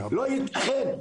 לא ייתכן,